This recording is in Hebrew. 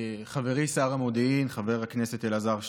חברי שר המודיעין חבר הכנסת אלעזר שטרן,